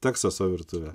teksaso virtuvę